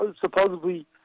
supposedly